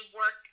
work